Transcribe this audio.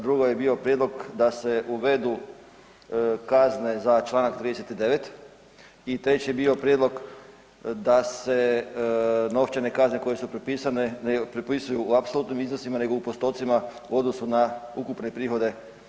Drugo je bio prijedlog da se uvedu kazne za čl. 39 i treći je bio prijedlog da se novčane kazne koje su propisane ne propisuju u apsolutnim iznosima nego u postocima u odnosu na ukupne prihode